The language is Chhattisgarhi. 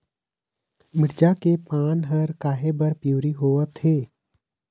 मिरचा के पान हर काहे बर पिवरी होवथे?